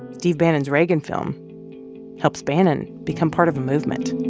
steve bannon's reagan film helps bannon become part of a movement